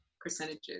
percentages